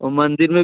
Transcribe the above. ओ मंदिर में